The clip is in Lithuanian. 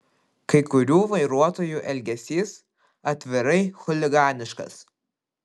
kai kurių vairuotojų elgesys atvirai chuliganiškas